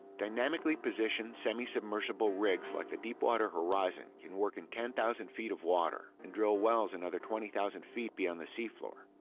dynamically positioned, semi-submersible rigs, like the deepwater horizon, can work in ten thousand feet of water and drill wells another twenty thousand feet beyond the seafloor.